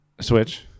switch